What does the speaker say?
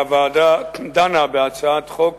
והוועדה דנה בהצעת חוק